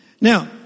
Now